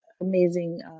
amazing